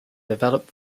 developed